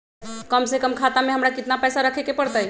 कम से कम खाता में हमरा कितना पैसा रखे के परतई?